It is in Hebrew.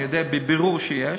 אני יודע בבירור שיש,